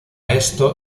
esto